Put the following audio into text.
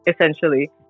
essentially